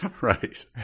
Right